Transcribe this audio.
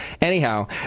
Anyhow